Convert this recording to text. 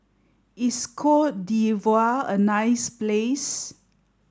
is Cote d'Ivoire a nice place